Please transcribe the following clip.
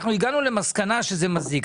הגענו למסקנה שזה מזיק.